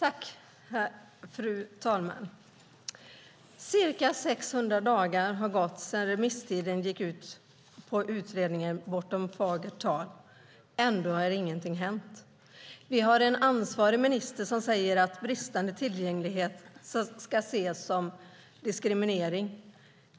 Fru talman! Ca 600 dagar har gått sedan remisstiden på utredningen Bortom fagert tal gick ut. Ändå har inget hänt. Vi har en ansvarig minister som säger att bristande tillgänglighet ska ses som diskriminering.